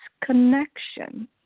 connection